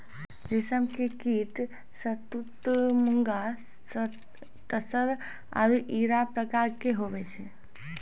रेशम के कीट शहतूत मूंगा तसर आरु इरा प्रकार के हुवै छै